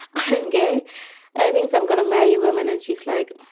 i'm um gay i mean, so i'm gonna marry women. and she's like,